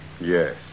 Yes